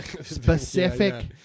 specific